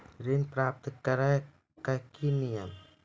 ऋण प्राप्त करने कख नियम?